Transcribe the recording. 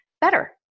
better